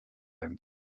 and